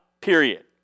period